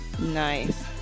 Nice